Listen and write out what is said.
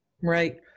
Right